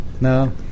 No